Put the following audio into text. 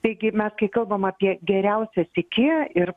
taigi ir mes kai kalbam apie geriausią tiekėją ir